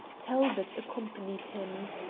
talbot accompanied him.